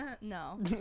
no